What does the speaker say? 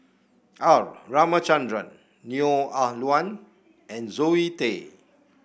R Ramachandran Neo Ah Luan and Zoe Tay